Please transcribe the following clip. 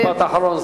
משפט אחרון,